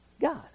God